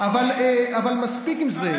אתה ממשיך לשקר, אבל מספיק עם זה.